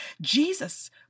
Jesus